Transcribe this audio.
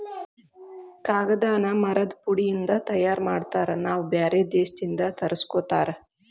ಕಾಗದಾನ ಮರದ ಪುಡಿ ಇಂದ ತಯಾರ ಮಾಡ್ತಾರ ನಾವ ಬ್ಯಾರೆ ದೇಶದಿಂದ ತರಸ್ಕೊತಾರ